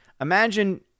Imagine